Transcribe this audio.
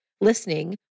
listening